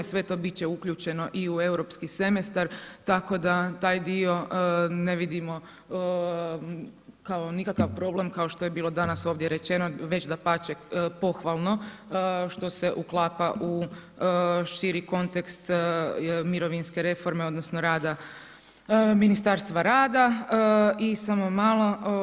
Sve to biti će uključeno i u europski semestar, tako da taj dio ne vidimo kao nikakav problem kao što je bilo danas ovdje rečeno, već dapače pohvalno, što se uklapa u širi kontekst mirovinske reforme odnosno rada Ministarstva rada i samo malo.